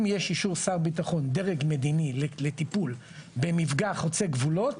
אם יש אישור שר ביטחון דרג מדיני לטיפול במפגע חוצה גבולות,